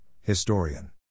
historian